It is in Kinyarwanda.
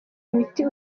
imiti